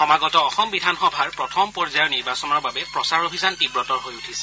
সমাগত অসম বিধানসভাৰ প্ৰথম পৰ্যায়ৰ নিৰ্বাচনৰ বাবে প্ৰচাৰ অভিযান তীৱতৰ হৈ উঠিছে